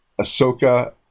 Ahsoka